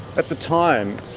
at the time,